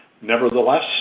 Nevertheless